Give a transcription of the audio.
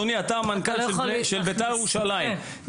אתה מנכ"ל של בית"ר ירושלים,